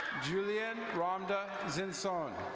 julian rhonda zinson.